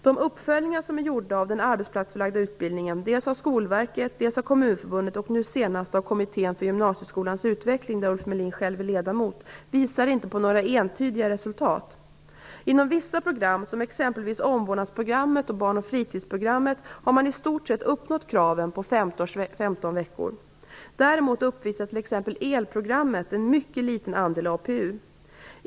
De uppföljningar av den arbetsplatsförlagda utbildningen som gjorts av Skolverket, av Kommunförbundet och nu senast av Kommittén för gymnasieskolans utveckling, där Ulf Melin själv är ledamot, visar inte på några entydiga resultat. Inom vissa program, som exempelvis Omvårdnadsprogrammet och Barn och fritidsprogrammet, har man i stort sett uppfyllt kraven på 15 veckor. Däremot uppvisar t.ex. Elprogrammet en mycket liten andel APU.